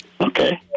Okay